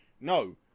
no